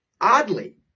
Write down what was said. oddly